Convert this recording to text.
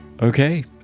Okay